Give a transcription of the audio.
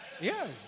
Yes